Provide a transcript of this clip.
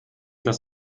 das